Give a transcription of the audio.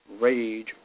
rage